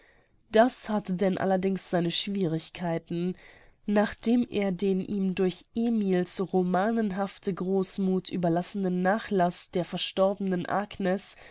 das hatte denn allerdings seine schwierigkeiten nachdem er den ihm durch emil's romanenhafte großmuth überlassenen nachlaß der verstorbenen agnes